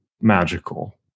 magical